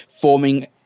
forming